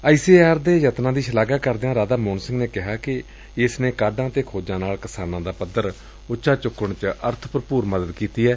I C A R ਦੇ ਯਤਨਾਂ ਦੀ ਸ਼ਲਾਘਾ ਕਰਦਿਆਂ ਰਾਧਾ ਮੋਹਨ ਸਿੰਘ ਨੇ ਕਿਹਾ ਕਿ ਏਸ ਨੇ ਕਾਢਾਂ ਅਤੇ ਖੋਜਾਂ ਨਾਲ ਕਿਸਾਨਾਂ ਦਾ ਪੱਧਰ ਉੱਚਾ ਚੁੱਕਣ ਚ ਅਰਥ ਭਰਪੁਰ ਮਦਦ ਕੀਤੀ ਏ